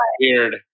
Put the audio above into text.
weird